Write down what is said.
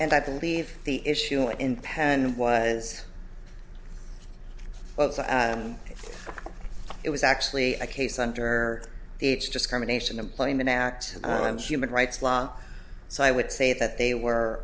and i believe the issue in penn was well it was actually a case under the age discrimination employment act times human rights law so i would say that they were